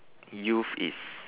youth is